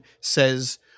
says